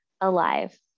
alive